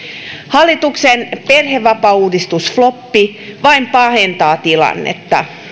hallituksen perhevapaauudistusfloppi vain pahentaa tilannetta